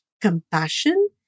compassion